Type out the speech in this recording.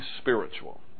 spiritual